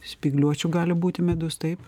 spygliuočių gali būti medus taip